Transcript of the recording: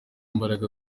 imbaraga